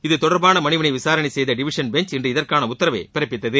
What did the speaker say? இது தொடர்பான மனுவினை விசாரணை செய்த டிவிஷன் பெஞ்ச் இன்று இதற்கான உத்தரவை பிறப்பித்தது